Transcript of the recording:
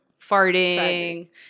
Farting